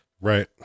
Right